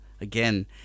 again